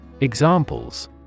Examples